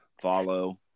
follow